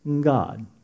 God